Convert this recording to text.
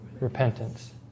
Repentance